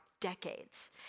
decades